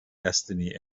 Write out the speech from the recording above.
destiny